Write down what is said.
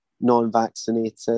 non-vaccinated